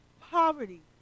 Poverty